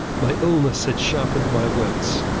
my illness had sharpened my wits.